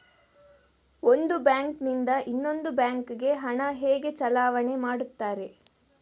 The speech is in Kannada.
ಒಂದು ಬ್ಯಾಂಕ್ ನಿಂದ ಇನ್ನೊಂದು ಬ್ಯಾಂಕ್ ಗೆ ಹಣ ಹೇಗೆ ಚಲಾವಣೆ ಮಾಡುತ್ತಾರೆ?